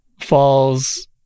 falls